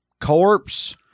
corpse